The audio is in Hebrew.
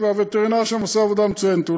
והווטרינר שם עושה עבודה מצוינת.